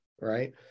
Right